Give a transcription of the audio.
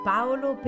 Paolo